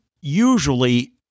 usually